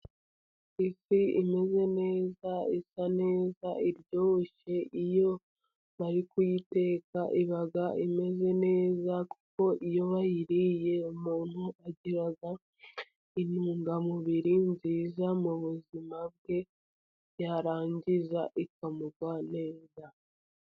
Ifi imeze neza isa neza, iryoshye, iyo bari kuyiteka iba imeze neza, kuko iyo bayiriye umuntu agira intungamubiri nziza mu buzima bwe, yarangiza ikamugwa neza.